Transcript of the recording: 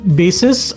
basis